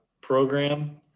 program